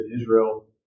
Israel